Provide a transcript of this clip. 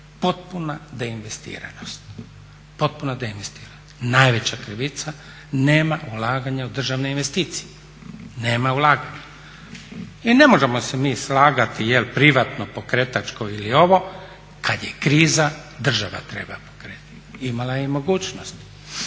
potpuna deinvestiranost. Najveća krivica nema ulaganja u državne investicije. I ne možemo se mi slagati jel' privatno pokretačko ili ovo kad je kriza država treba pokrenuti. Imala je i mogućnost.